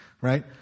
Right